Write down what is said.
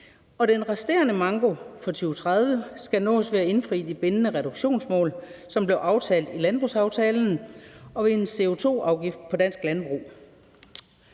den resterende manko for 2030 skal nås ved at indfri de bindende reduktionsmål, som blev aftalt i landbrugsaftalen, og ved en CO2-afgift på dansk landbrug.